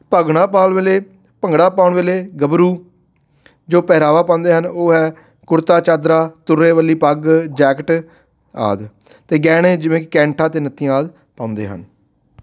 ਭਗਣਾ ਪਾਉਣ ਵੇਲੇ ਭੰਗੜਾ ਪਾਉਣ ਵੇਲੇ ਗੱਭਰੂ ਜੋ ਪਹਿਰਾਵਾ ਪਾਉਂਦੇ ਹਨ ਉਹ ਹੈ ਕੁੜਤਾ ਚਾਦਰਾ ਤੁਰੇ ਵਾਲੀ ਪੱਗ ਜੈਕਟ ਆਦਿ ਅਤੇ ਗਹਿਣੇ ਜਿਵੇਂ ਕੈਂਠਾ ਅਤੇ ਨਥੀਆਂ ਆਦਿ ਪਾਉਂਦੇ ਹਨ